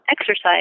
exercise